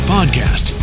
Podcast